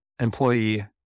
employee